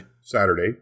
Saturday